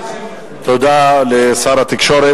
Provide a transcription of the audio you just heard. תודה לשר התקשורת.